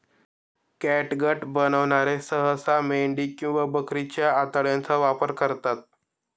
catgut बनवणारे सहसा मेंढी किंवा बकरीच्या आतड्यांचा वापर करतात